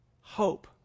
hope